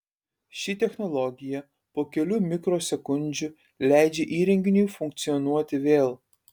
ši technologija po kelių mikrosekundžių leidžia įrenginiui funkcionuoti vėl